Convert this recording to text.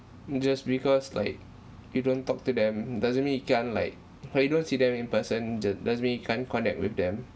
just because like you don't talk to them doesn't mean you can't like like you don't see them in person ju~ doesn't mean you can't connect with them